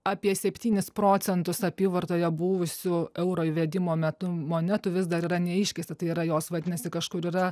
apie septynis procentus apyvartoje buvusių euro įvedimo metu monetų vis dar yra neiškeista tai yra jos vadinasi kažkur yra